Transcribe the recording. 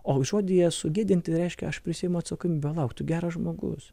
o žodyje sugėdinti reiškia aš prisiimu atsakomybę palauk tu geras žmogus